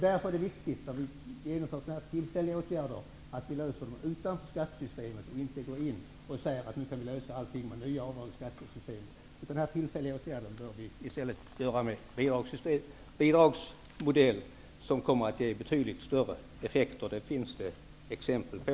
Därför är det när vi genomför sådana här tillfälliga åtgärder viktigt att vi lägger dem utanför skattesystemet, och inte säger att vi skall lösa allting med nya avdrag i skattesystemet. Denna tillfälliga åtgärd bör vi i stället göra med bidragssystem. Bidragsmodellen kommer att ge betydligt större effekter -- det finns det exempel på.